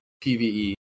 PvE